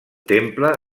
temple